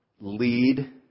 lead